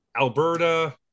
Alberta